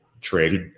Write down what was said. trade